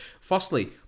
firstly